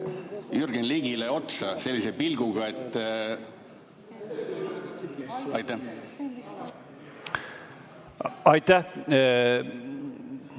Jürgen Ligile otsa sellise pilguga, et ... Aitäh! Minu